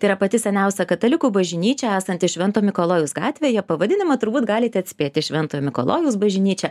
tai yra pati seniausia katalikų bažnyčia esanti švento mikalojaus gatvėje pavadinimą turbūt galite atspėti šventojo mikalojaus bažnyčia